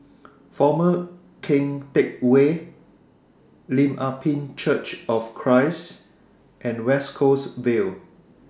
Former Keng Teck Whay Lim Ah Pin Church of Christ and West Coast Vale